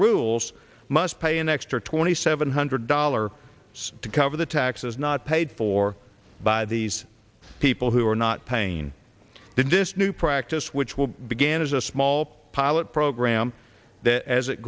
rules must pay an extra twenty seven hundred dollars is to cover the taxes not paid for by these people who are not pain that this new practice which will began as a small pilot program that as it